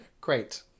Great